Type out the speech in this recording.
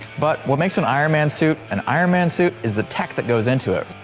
but what makes an iron man suit an iron man suit is the tech that goes into it.